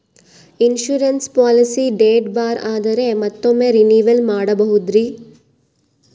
Insurance policy date ಬಾರ್ ಆದರೆ ಮತ್ತೊಮ್ಮೆ ರಿನಿವಲ್ ಮಾಡಬಹುದ್ರಿ?